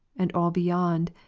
and all beyond,